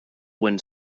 wind